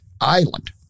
Island